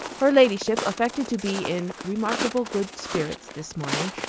her ladyship affected to be in remarkable good spirits this morning,